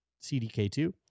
CDK2